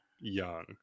Young